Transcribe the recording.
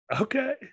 Okay